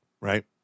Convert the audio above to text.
right